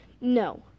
No